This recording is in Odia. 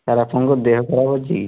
ସାର୍ ଆପଣଙ୍କ ଦେହ ଖରାପ ଅଛି କି